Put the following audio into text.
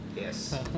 Yes